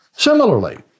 Similarly